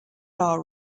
are